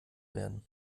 werden